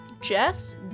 Jess